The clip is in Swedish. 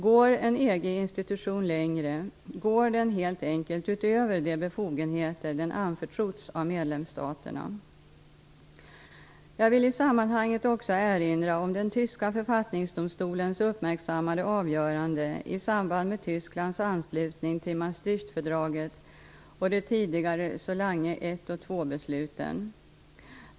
Går en EG-institution längre går den helt enkelt utöver de befogenheter den anförtrotts av medlemsstaterna. Jag vill i sammanhanget också erinra om den tyska författningsdomstolens uppmärksammade avgörande i samband med Tysklands anslutning till II-besluten.